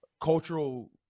cultural